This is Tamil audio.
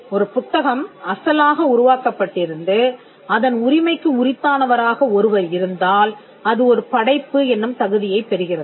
ஒரு புத்தகம் அசலாக உருவாக்கப்பட்டிருந்து அதன் உரிமைக்கு உரித்தானவராக ஒருவர் இருந்தால் அது ஒரு படைப்பு என்னும் தகுதியைப் பெறுகிறது